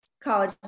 college